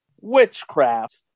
Witchcraft